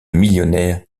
millionnaires